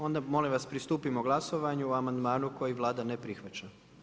Onda molim vas pristupimo glasovanju o amandmanu koji Vlada ne prihvaća.